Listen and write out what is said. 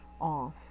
off